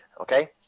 okay